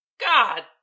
God